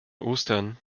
ostern